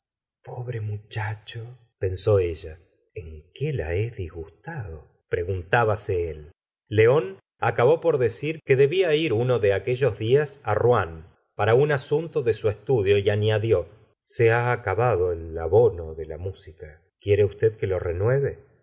pobre muchacho pensó ella en qué la he disgustado preguntbase él león acabó por decir que debla ir uno de aquellos días á rouen para un asunto de su estudio y añadió se ha acabado el abono de la música quiere usted que lo renueve